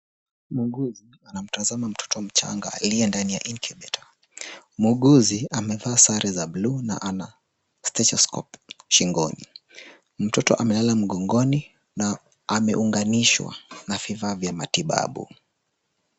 Muuguzi anamtazama mtoto mchanga aliye ndani ya incubator . Muuguzi amevaa sare za buluu na ana stetescop shingoni. Mtoto amelala mgongoni na ameunganishwa na vifaa vya matibabu.